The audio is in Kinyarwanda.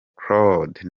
claude